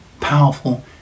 powerful